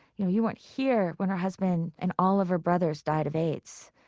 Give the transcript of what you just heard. you know, you weren't here when her husband and all of her brothers died of aids.